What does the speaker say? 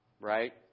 right